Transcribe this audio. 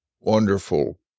wonderful